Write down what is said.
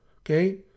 Okay